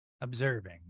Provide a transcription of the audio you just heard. observing